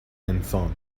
انسان